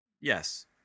Yes